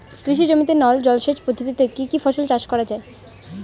কৃষি জমিতে নল জলসেচ পদ্ধতিতে কী কী ফসল চাষ করা য়ায়?